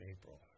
April